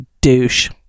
douche